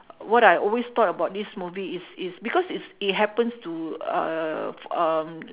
what I always thought about this movie is is because is it happens to uh f~ um